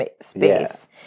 space